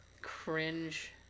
Cringe